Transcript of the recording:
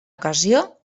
ocasió